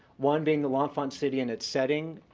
one being the l'enfant city and its setting,